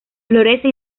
florece